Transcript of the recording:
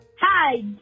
Hi